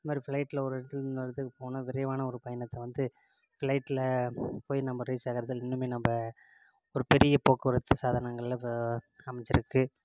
இது மாதிரி ஃப்ளைட்டில் ஒரு இடத்தில் இருந்து இன்னொரு இடத்துக்கு போகணும் விரைவான ஒரு பயணத்தை வந்து ஃப்ளைட்டில் போய் நம்ம ரீச் ஆகிறதில் இன்னும் நம்ம ஒரு பெரிய போக்குவரத்து சாதனங்களில் இப்போ அமைஞ்சிருக்கு